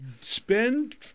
Spend